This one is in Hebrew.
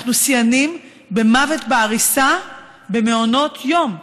אנחנו שיאנים במוות בעריסה במעונות יום.